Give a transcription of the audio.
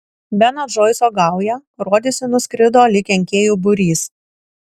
beno džoiso gauja rodėsi nuskrido lyg kenkėjų būrys